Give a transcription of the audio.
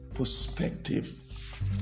Perspective